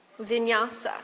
Vinyasa